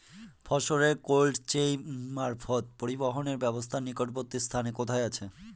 ফসলের cold chain মারফত পরিবহনের ব্যাবস্থা নিকটবর্তী স্থানে কোথায় আছে?